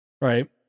Right